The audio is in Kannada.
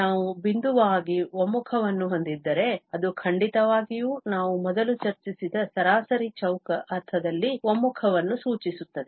ನಾವು ಬಿಂದುವಾಗಿ ಒಮ್ಮುಖವನ್ನು ಹೊಂದಿದ್ದರೆ ಅದು ಖಂಡಿತವಾಗಿಯೂ ನಾವು ಮೊದಲು ಚರ್ಚಿಸಿದ ಸರಾಸರಿ ಚೌಕ ಅರ್ಥದಲ್ಲಿ ಒಮ್ಮುಖವನ್ನು ಸೂಚಿಸುತ್ತದೆ